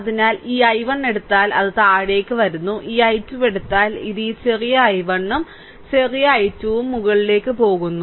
അതിനാൽ ഈ I1 എടുത്താൽ അത് താഴേക്ക് വരുന്നു ഈ I2 എടുത്താൽ ഇത് ഈ ചെറിയ I1 ഉം ചെറിയ I2 ഉം മുകളിലേക്ക് പോകുന്നു